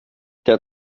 der